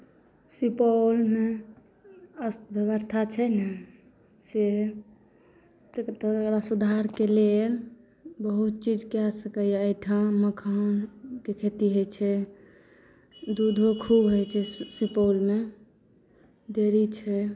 सुपौलमे अर्थव्यवस्था छै ने से एतेक सुधारके लेल बहुत चीज कए सकैए एहिठाम मखानके खेती होइ छै दूधो खुब होइ छै सुपौलमे डेयरी छै